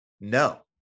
no